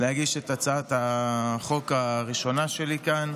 להגיש את הצעת החוק הראשונה שלי כאן.